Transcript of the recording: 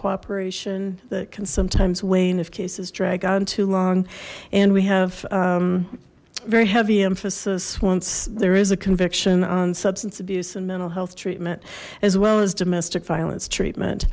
cooperation that can sometimes wane of cases dragged on too long and we have very heavy emphasis once there is a conviction on substance abuse and mental health treatment as well as domestic violence